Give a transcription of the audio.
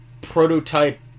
prototype